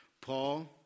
Paul